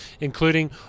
including